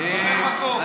כבר אין מקום,